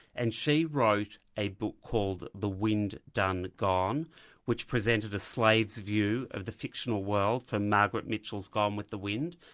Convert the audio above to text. and she wrote a book called the wind done gone which presented a slave's view of the fictional world from margaret mitchell's gone with the wind,